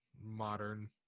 modern